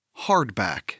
Hardback